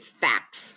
facts